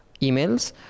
emails